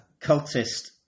Cultist